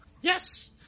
Yes